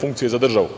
funkcije za državu.